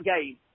game